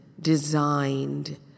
designed